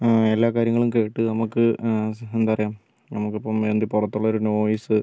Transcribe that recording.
എല്ലാകാര്യങ്ങളും കേട്ട് നമുക്ക് എന്താ പറയുക നമുക്ക് ഇപ്പോൾ എന്ത് പുറത്തുള്ളൊരു നോയ്സ്